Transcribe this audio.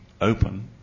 open